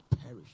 perish